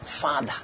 Father